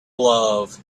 love